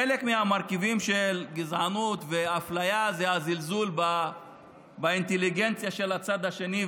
חלק מהמרכיבים של גזענות ואפליה זה הזלזול באינטליגנציה של הצד השני,